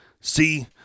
see